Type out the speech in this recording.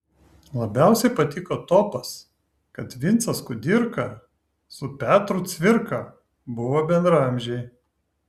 labiausiai patiko topas kad vincas kudirka su petru cvirka buvo bendraamžiai